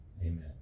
Amen